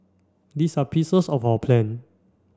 these are pieces of our plan